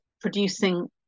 producing